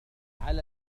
على